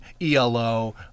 ELO